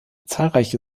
zahlreiche